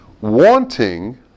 wanting